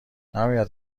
نباید